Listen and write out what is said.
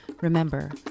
Remember